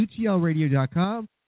utlradio.com